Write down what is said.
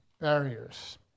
barriers